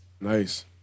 Nice